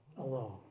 alone